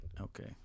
Okay